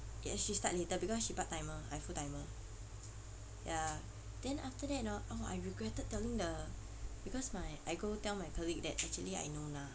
ya she start later because she part timer I full timer ya then after that ah ah I regretted telling the because my I go tell my colleague that actually I know na